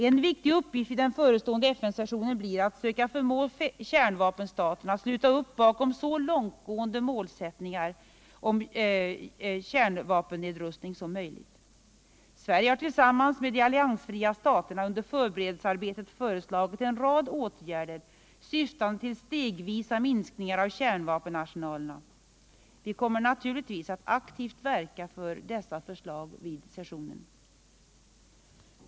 En viktig uppgift i den förestående FN-sessionen blir att söka förmå kärnvapenstaterna att sluta upp bakom så långtgående målsättningar i fråga om kärnvapennedrustning som möjligt. Sverige har tillsammans med de alliansfria staterna i förberedelsearbetet föreslagit en rad åtgärder, syftande till stegvisa mirskningar av kärnvapenarsenalerna, och vi kommer naturligtvis att aktivt verka för dessa förslag vid sessionen.